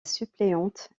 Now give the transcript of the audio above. suppléante